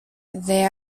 they